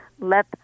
Let